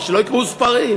אז שלא יקראו ספרים.